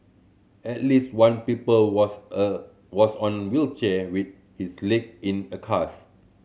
at least one people was a was on wheelchair with his leg in a cast